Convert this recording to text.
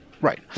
right